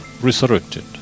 resurrected